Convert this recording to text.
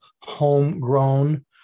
homegrown